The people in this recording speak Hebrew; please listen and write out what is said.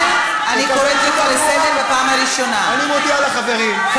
אני מודיע לחברים,